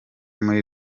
muri